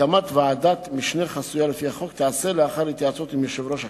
הקמת ועדת משנה חסויה לפי החוק תיעשה לאחר התייעצות עם יושב-ראש הכנסת,